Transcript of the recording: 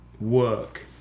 work